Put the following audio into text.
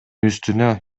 үстүнө